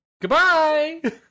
Goodbye